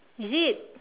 is it